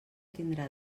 tindrà